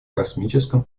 космическом